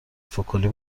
فکلی